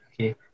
Okay